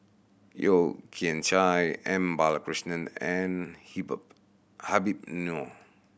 Yeo Kian Chai M Balakrishnan and Habib Noh